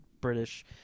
British